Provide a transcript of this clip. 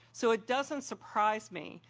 so it doesn't surprise me,